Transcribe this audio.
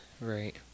Right